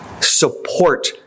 Support